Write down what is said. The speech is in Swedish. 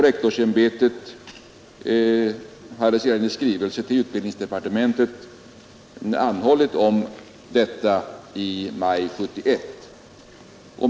Rektorsämbetet hade sedan i skrivelse till utbildningsdepartementet anhållit om detta i maj 1971.